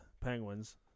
Penguins